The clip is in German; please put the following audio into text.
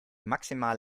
maximal